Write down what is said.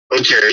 okay